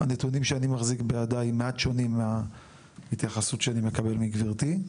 הנתונים שאני מחזיק בידיי הם מעט שונים מההתייחסות שאני מקבל מגברתי.